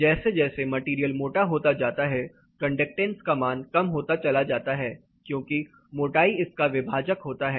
जैसे जैसे मटेरियल मोटा होता जाता है कंडक्टेंस का मान कम होता चला जाता है क्योंकि मोटाई इसका विभाजक होता है